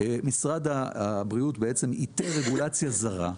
משרד הבריאות בעצם איתר רגולציה זרה,